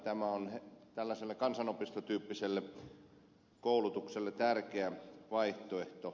tämä on kansanopistotyyppiselle koulutukselle tärkeä vaihtoehto